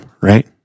right